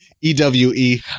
ewe